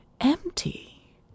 Empty